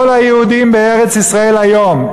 כל היהודים בארץ-ישראל היום,